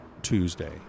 Tuesday